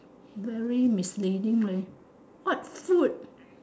very misleading leh what food